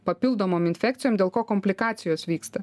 papildomom infekcijom dėl ko komplikacijos vyksta